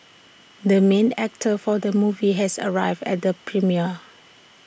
the main actor for the movie has arrived at the premiere